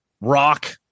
rock